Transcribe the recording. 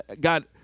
God